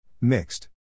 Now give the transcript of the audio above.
Mixed